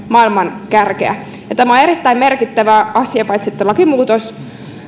maailman kärkeä tämä on erittäin merkittävä asia paitsi lakimuutos